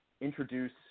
introduce